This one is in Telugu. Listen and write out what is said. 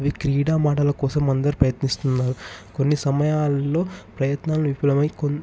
అవి క్రీడా మాటల కోసం అందరి ప్రయత్నిస్తున్నారు కొన్ని సమయాల్లో ప్రయత్నాలు విఫలమై